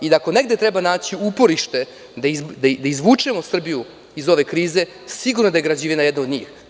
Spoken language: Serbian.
Ako negde treba naći uporište da izvučemo Srbiju iz ove krize, sigurno da je građevina jedna od njih.